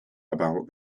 about